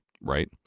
right